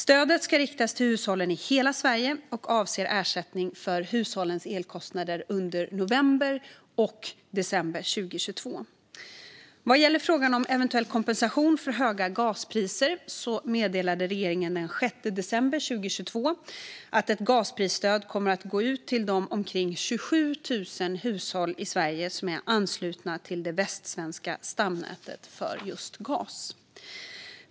Stödet ska riktas till hushåll i hela Sverige och avser ersättning för hushållens elkostnader under november och december 2022. Vad gäller frågan om eventuell kompensation för höga gaspriser meddelade regeringen den 6 december 2022 att ett gasprisstöd kommer att gå ut till de omkring 27 000 hushåll i Sverige som är anslutna till det västsvenska stamnätet för gas.